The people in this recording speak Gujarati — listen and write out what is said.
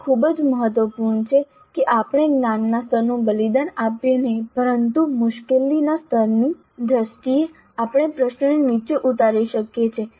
તે ખૂબ જ મહત્વપૂર્ણ છે કે આપણે જ્ઞાનના સ્તરનું બલિદાન આપીએ નહીં પરંતુ મુશ્કેલીના સ્તરની દ્રષ્ટિએ આપણે પ્રશ્નને નીચે ઉતારી શકીએ છીએ